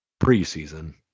preseason